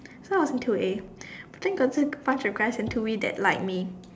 so I was in two a but I think got this bunch of guys in two B that liked me